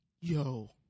Yo